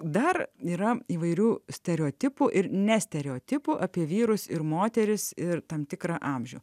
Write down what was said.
dar yra įvairių stereotipų ir nes stereotipų apie vyrus ir moteris ir tam tikrą amžių